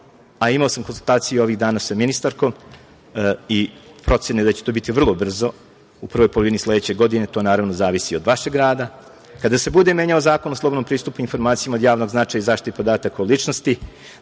a imao sam konsultacije ovih dana sa ministarskom i procene da će to biti vrlo brzo, u prvoj polovini sledeće godine, to naravno zavisi od vašeg rada, kada se bude menjao Zakon o slobodnom pristupu informacijama od javnog značaja i zaštiti podataka o ličnosti